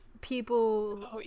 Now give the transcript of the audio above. people